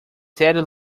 serio